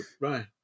Right